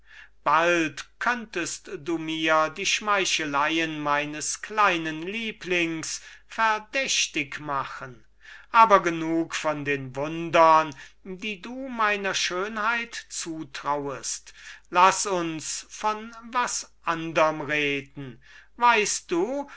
bald könntest du mir die schmeicheleien meines kleinen lieblings verdächtig machen aber genug von den wundern die du meiner schönheit zutrauest wir wollen von was anderm reden weißest du